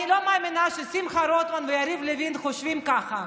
אני לא מאמינה ששמחה רוטמן ויריב לוין חושבים ככה,